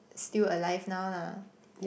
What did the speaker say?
still alive now lah